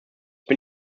bin